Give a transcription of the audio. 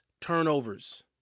turnovers